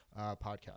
podcast